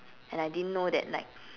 and I didn't know that like